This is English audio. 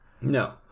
No